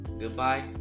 Goodbye